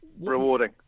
Rewarding